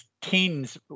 teens